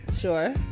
Sure